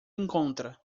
encontra